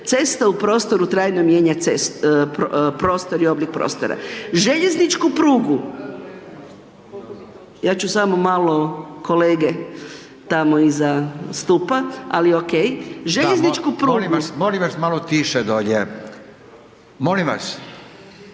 Cesta u prostoru trajno mijenja prostor i oblik prostora. Željezničku prugu… ja ću samo malo kolege tamo iza stupa, ali ok, … …/Upadica Radin: Da, molim vas, molim vas malo tiše dolje. molim vas./…